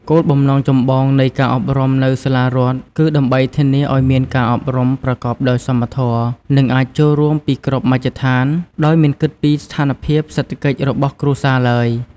គោលបំណងចម្បងនៃការអប់រំនៅសាលារដ្ឋគឺដើម្បី ធានាឱ្យមានការអប់រំប្រកបដោយសមធម៌ និងអាចចូលរួមពីគ្រប់មជ្ឈដ្ឋាន ដោយមិនគិតពីស្ថានភាពសេដ្ឋកិច្ចរបស់គ្រួសារឡើយ។